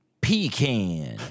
Pecan